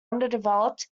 underdeveloped